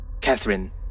Catherine